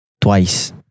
twice